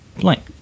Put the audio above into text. blank